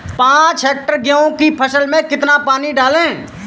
पाँच हेक्टेयर गेहूँ की फसल में कितना पानी डालें?